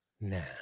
Now